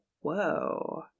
whoa